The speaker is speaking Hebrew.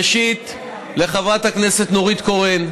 ראשית, לחברת הכנסת נורית קורן,